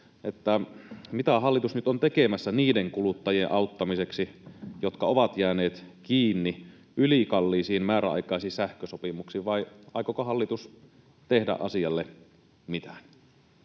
mitä hallitus nyt on tekemässä niiden kuluttajien auttamiseksi, jotka ovat jääneet kiinni ylikalliisiin määräaikaisiin sähkösopimuksiin, vai aikooko hallitus tehdä asialle mitään.